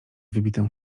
wybitą